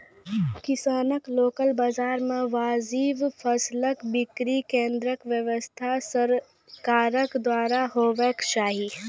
किसानक लोकल बाजार मे वाजिब फसलक बिक्री केन्द्रक व्यवस्था सरकारक द्वारा हेवाक चाही?